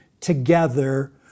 together